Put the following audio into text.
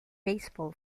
baseball